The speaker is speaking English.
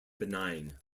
benign